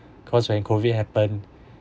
cause when COVID happen